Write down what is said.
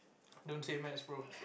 don't say maths bro